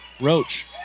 Roach